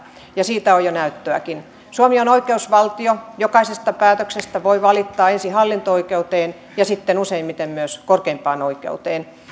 ja siitä on jo näyttöäkin suomi on oikeusvaltio jokaisesta päätöksestä voi valittaa ensin hallinto oikeuteen ja sitten useimmiten myös korkeimpaan oikeuteen